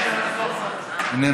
איננו